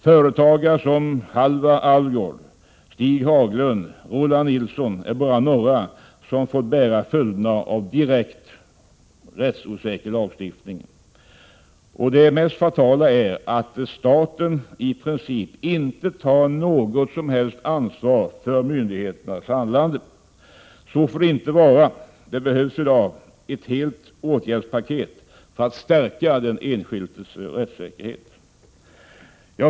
Företagare som Halvar Alvgard, Roland Nilsson och Stig Haglund är bara några som fått bära följderna av en direkt rättsosäker lagstiftning. Och det mest fatala är att staten i princip inte tar något som helst ansvar för myndigheternas handlande. Så får det inte vara. Det behövs i dag ett helt åtgärdspaket för att stärka den enskildes rättssäkerhet.